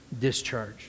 discharge